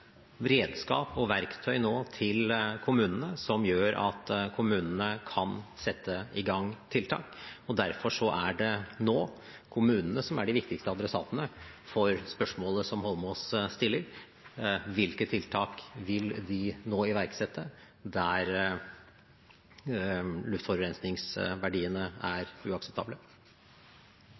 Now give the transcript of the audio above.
redskap og verktøy til kommunene som gjør at de kan sette i gang tiltak. Derfor er det nå kommunene som er de viktigste adressatene for spørsmålet som Eidsvoll Holmås stiller. Hvilke tiltak vil de nå iverksette der luftforurensingsverdiene er uakseptable?